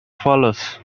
follows